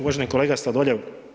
Uvaženi kolega Sladoljev.